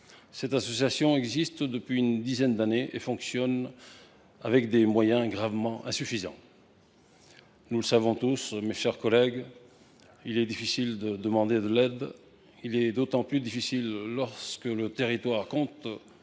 Cette association existe depuis une dizaine d’années et fonctionne avec des moyens notoirement insuffisants. Nous le savons tous, mes chers collègues, il est difficile de demander de l’aide, d’autant plus lorsque le territoire compte